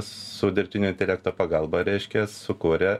su dirbtinio intelekto pagalba reiškia sukūrė